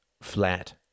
flat